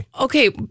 okay